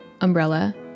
umbrella